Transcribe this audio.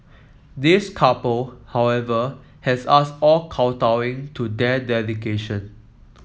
this couple however has us all kowtowing to their dedication